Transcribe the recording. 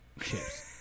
ships